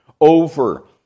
over